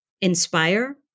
inspire